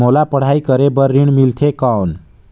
मोला पढ़ाई करे बर ऋण मिलथे कौन?